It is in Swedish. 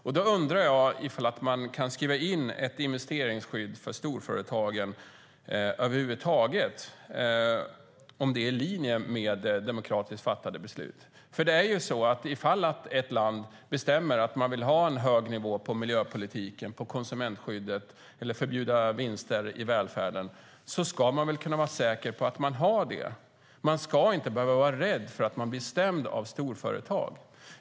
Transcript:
Därför undrar jag om man kan skriva in ett investeringsskydd för storföretagen över huvud taget, alltså om det är i linje med demokratiskt fattade beslut. Om ett land bestämmer sig för att ha en hög nivå på miljöpolitiken och konsumentskyddet, eller för att förbjuda vinster i välfärden, ska man väl nämligen kunna vara säker på att landet har det. Man ska inte behöva vara rädd att landet blir stämt av storföretag.